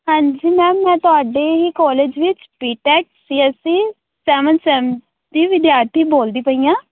ਹਾਂਜੀ ਮੈਮ ਮੈਂ ਤੁਹਾਡੇ ਹੀ ਕੋਲੇਜ ਵਿੱਚ B tech C S E seven sem ਦੀ ਵਿਦਿਆਰਥੀ ਬੋਲਦੀ ਪਈ ਹਾਂ